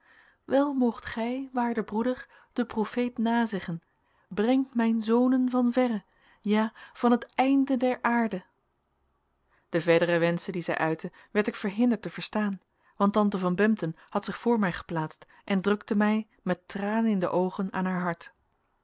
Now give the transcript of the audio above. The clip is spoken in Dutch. wel moogt gij waarde broeder den profeet nazeggen brengt mijn soonen van verre ja van het eynde der aerde de verdere wenschen die zij uitte werd ik verhinderd te verstaan want tante van bempden had zich voor mij geplaatst en drukte mij met tranen in de oogen aan haar hart